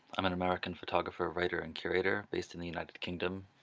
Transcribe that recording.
i'm an american photographer, writer and curator based in the united kingdom,